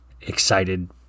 excited